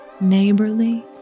neighborly